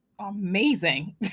amazing